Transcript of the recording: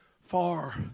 far